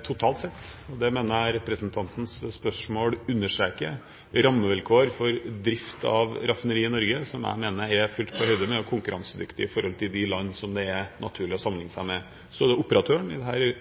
totalt sett, det mener jeg representantens spørsmål understreker, rammevilkår for drift av raffinerier i Norge, som jeg mener er fullt på høyde med og konkurransedyktige sett i forhold til de land det er naturlig å sammenlikne seg med. Så operatøren og eieren, i dette tilfellet Statoil, jobber med å sørge for at denne driften er regningssvarende, at det lønner seg, og at det